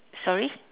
sorry